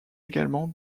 également